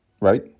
Right